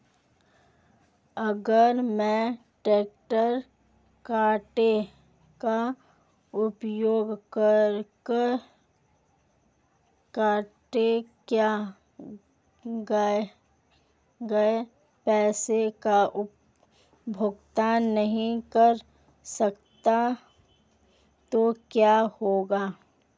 अगर मैं credit card का उपयोग करके क्रेडिट किए गए पैसे का भुगतान नहीं कर सकता तो क्या होगा?